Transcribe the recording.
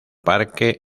parque